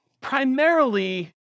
primarily